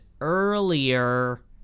earlier